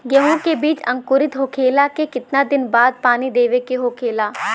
गेहूँ के बिज अंकुरित होखेला के कितना दिन बाद पानी देवे के होखेला?